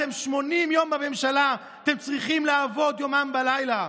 אתם 80 יום בממשלה, אתם צריכים לעבוד יומם ולילה.